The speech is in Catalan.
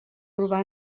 urbà